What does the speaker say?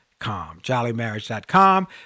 jollymarriage.com